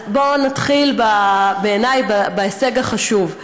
אז בואו נתחיל בעיניי בהישג החשוב.